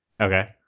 Okay